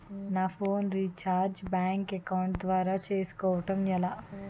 నా phone recharge bank account ద్వారా చేసుకోవటం ఎలా?